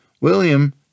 William